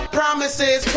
promises